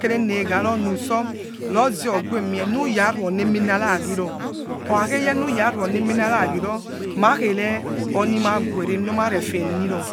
Emekerenegharo nuso roze oguemie nura ruoneminaragio okhakheyenura ruione minara gie makhere onimaguere ma refeniro